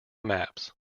maps